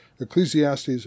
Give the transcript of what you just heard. Ecclesiastes